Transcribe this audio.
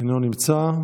אינו נמצא.